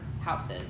houses